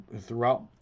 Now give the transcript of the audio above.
throughout